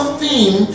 theme